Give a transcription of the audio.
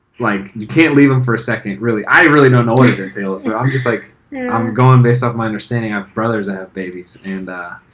like you can't leave him for a second, really. i really don't know what it entails here. i'm just like i'm going based off my understanding. i have brothers that have babies and